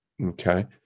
Okay